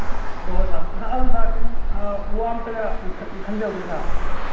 ꯍꯣꯏ ꯍꯣꯏ sir sir ꯑꯗꯨ ꯁꯥꯔ ꯀꯩꯅꯣꯝ ꯋꯥ ꯑꯝꯇꯒ ꯈꯪꯖꯍꯧꯒꯦ ꯁꯥꯔ